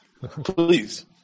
please